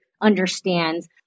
understands